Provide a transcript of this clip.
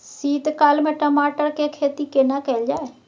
शीत काल में टमाटर के खेती केना कैल जाय?